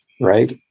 right